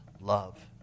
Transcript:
love